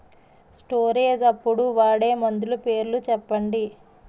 Storage అప్పుడు వాడే మందులు పేర్లు చెప్పండీ?